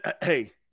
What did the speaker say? Hey